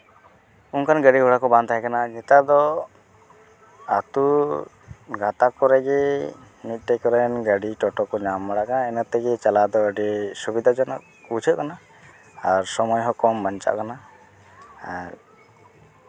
ᱚᱱᱠᱟᱱ ᱜᱟᱹᱰᱤ ᱜᱷᱚᱲᱟ ᱠᱚ ᱵᱟᱝ ᱛᱟᱦᱮᱸ ᱠᱟᱱᱟ ᱱᱮᱛᱟᱨ ᱫᱚ ᱟᱹᱛᱩ ᱜᱟᱛᱟᱠ ᱠᱚᱨᱮ ᱜᱮ ᱢᱤᱫᱴᱮᱱ ᱠᱚᱨᱮᱱ ᱜᱟᱹᱰᱤ ᱴᱳᱴᱳ ᱠᱚ ᱧᱟᱢ ᱢᱟᱲᱟᱝᱼᱟ ᱤᱱᱟᱹ ᱛᱮᱜᱮ ᱪᱟᱞᱟᱣ ᱫᱚ ᱟᱹᱰᱤ ᱥᱩᱵᱤᱫᱷᱟ ᱡᱚᱱᱚᱠ ᱵᱩᱡᱷᱟᱹᱜ ᱠᱟᱱᱟ ᱟᱨ ᱥᱚᱢᱚᱭ ᱦᱚᱸ ᱠᱚᱢ ᱵᱟᱧᱪᱟᱜ ᱠᱟᱱᱟ ᱟᱨ